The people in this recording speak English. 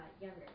younger